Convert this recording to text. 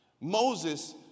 Moses